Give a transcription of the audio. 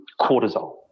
cortisol